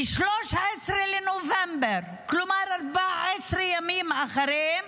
ב-13 בנובמבר, כלומר 14 ימים אחרי,